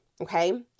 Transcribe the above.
okay